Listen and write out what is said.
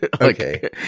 Okay